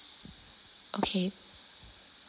okay